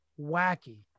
Wacky